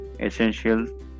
essential